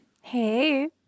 Hey